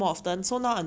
ya